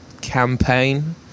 campaign